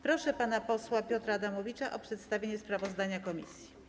Proszę pana posła Adamowicza o przedstawienie sprawozdania komisji.